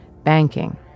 banking